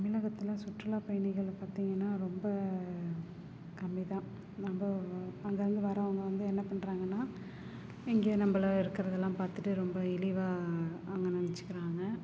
தமிழகத்துல சுற்றுலா பயணிகளை பார்த்தீங்கன்னா ரொம்ப கம்மி தான் நம்ம அங்கேருந்து வர்றவங்கள் வந்து என்ன பண்ணுறாங்கன்னா இங்கே நம்மள இருக்கிறதெல்லாம் பார்த்துட்டு ரொம்ப இழிவா அவங்க நினச்சிக்கிறாங்க